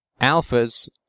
alphas